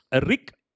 Rick